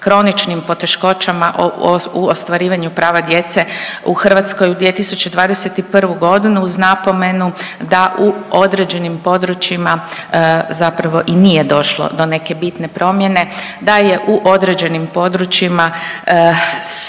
kroničnim poteškoćama u ostvarivanju prava djece u Hrvatskoj u 2021.g. uz napomenu da u određenim područjima zapravo i nije došlo do neke bitne promjene, da je u određenim područjima su ta